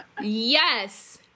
Yes